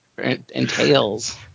entails